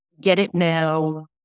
get-it-now